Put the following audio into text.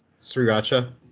Sriracha